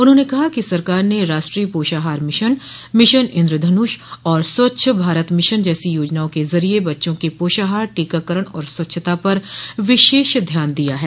उन्होंने कहा कि सरकार ने राष्ट्रीय पोषाहार मिशन मिशन इन्द्र धनुष और स्वच्छ भारत मिशन जैसी योजनाओं के जरिये बच्चों के पोषाहार टीकाकरण और स्वच्छता पर विशेष ध्यान दिया है